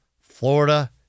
Florida